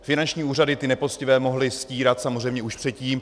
Finanční úřady ty nepoctivé mohly stírat samozřejmě předtím.